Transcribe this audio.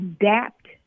adapt